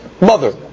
mother